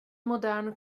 modern